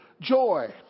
Joy